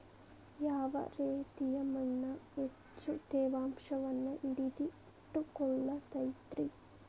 ಯಾವ ರೇತಿಯ ಮಣ್ಣ ಹೆಚ್ಚು ತೇವಾಂಶವನ್ನ ಹಿಡಿದಿಟ್ಟುಕೊಳ್ಳತೈತ್ರಿ?